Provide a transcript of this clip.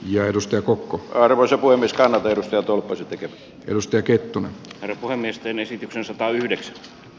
jo edustaja kokko karvosen voimistava versio tour tekee kalustekettunen kertoi nesteen esityksen satayhdeksän